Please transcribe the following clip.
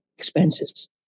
Expenses